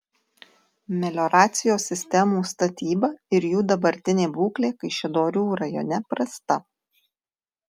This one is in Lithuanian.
melioracijos sistemų statyba ir jų dabartinė būklė kaišiadorių rajone prasta